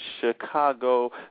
Chicago